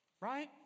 Right